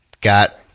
got